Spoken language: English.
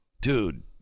dude